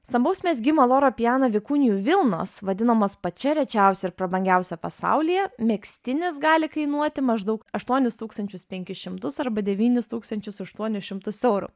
stambaus mezgimo loro piana vikunijų vilnos vadinamos pačia rečiausia ir prabangiausia pasaulyje megztinis gali kainuoti maždaug aštuonis tūkstančius penkis šimtus arba devynis tūkstančius aštuonis šimtus eurų